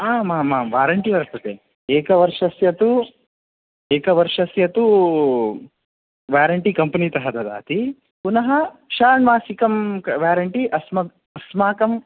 आमामां वारेन्टि वर्तते एकवर्षस्य तु एकवर्षस्य तु वेरण्टि कम्पेनि तः ददाति पुनः षाण्मासिकं वारण्टि अस्माकं